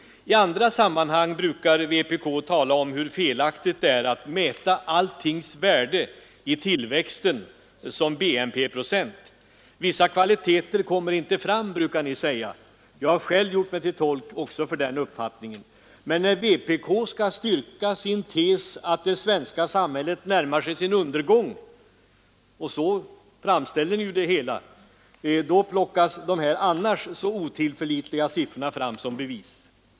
I andra sammanhang brukar vpk tala om hur felaktigt det är att mäta alltings värde i tillväxten som BNP-procent. Ni brukar säga att vissa kvaliteter inte kommer fram. Jag har själv också gjort mig till tolk för den uppfattningen. Men när vpk skall styrka sin tes att det svenska samhället närmar sig undergång — så framställer ni det hela — då plockas dessa annars så otillförlitliga siffror fram som bevis.